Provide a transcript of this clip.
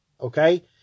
okay